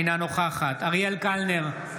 אינה נוכחת אריאל קלנר,